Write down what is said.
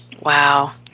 Wow